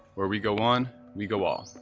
where we go on, we go off.